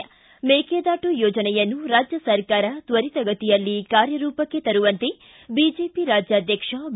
ಿ ಮೇಕೆದಾಟು ಯೋಜನೆಯನ್ನು ರಾಜ್ಯ ಸರ್ಕಾರ ತ್ವರಿತಗತಿಯಲ್ಲಿ ಕಾರ್ಯರೂಪಕ್ಕೆ ತರುವಂತೆ ಬಿಜೆಪಿ ರಾಜ್ಯಾಧಕ್ಷ ಬಿ